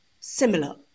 similar